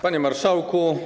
Panie Marszałku!